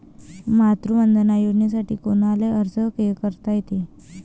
मातृवंदना योजनेसाठी कोनाले अर्ज करता येते?